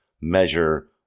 measure